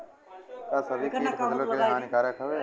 का सभी कीट फसलों के लिए हानिकारक हवें?